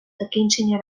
закінчення